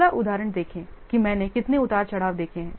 पिछला उदाहरण देखें कि मैंने कितने उतार चढ़ाव देखे हैं